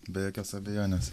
be jokios abejonės